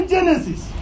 Genesis